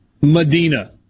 Medina